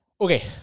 Okay